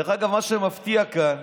דרך אגב, מה שמפתיע כאן,